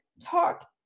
talk